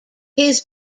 his